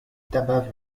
tabac